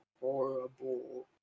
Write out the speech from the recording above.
horrible